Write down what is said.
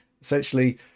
essentially